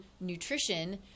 nutrition